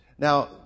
Now